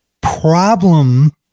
problem